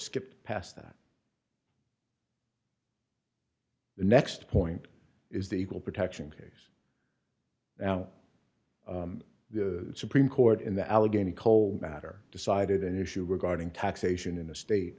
skipped past that the next point is the equal protection case now the supreme court in the allegheny coal matter decided an issue regarding taxation in a state